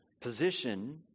position